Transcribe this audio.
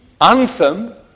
anthem